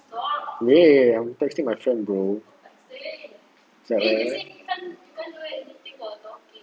ya ya ya I'm texting my friend bro